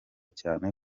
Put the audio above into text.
cyane